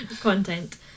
content